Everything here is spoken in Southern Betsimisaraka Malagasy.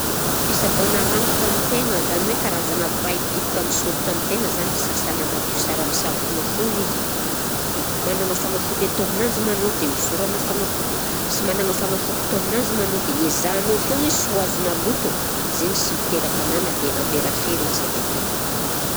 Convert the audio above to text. Fisaboana rangotra am'tegna zany hoe karazagna vay bitika misoritra am'tegna zany sasana madio sara amin'ny savogna foagna izy, dia managna fagnafody atao aminanzy ma anao dia hosorana fagnafody, sy managna fagnafody atao aminanzy ma ianao dia ezahinao foagna izy sy ho azona loto amin'zainy sy miteraka nana dia hamera fery izy avy akeo.